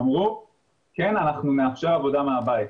אמרו שיאפשרו עבודה מהבית.